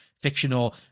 fictional